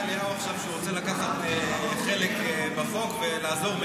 אליהו שהוא רוצה לקחת חלק בחוק ולעזור,